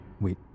wait